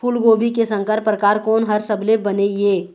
फूलगोभी के संकर परकार कोन हर सबले बने ये?